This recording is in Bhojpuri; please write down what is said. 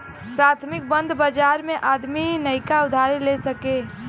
प्राथमिक बंध बाजार मे आदमी नइका उधारी ले सके